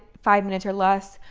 five minutes or less,